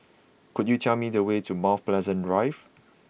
could you tell me the way to Mount Pleasant Drive